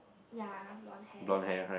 ya long hair